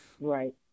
right